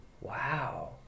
Wow